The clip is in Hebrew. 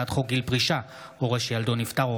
מאת חבר הכנסת יואב סגלוביץ'; הצעת חוק ההוצאה לפועל (תיקון,